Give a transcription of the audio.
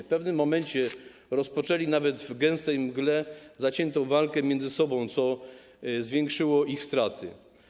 W pewnym momencie rozpoczęli nawet w gęstej mgle zaciętą walkę między sobą, co zwiększyło ich straty.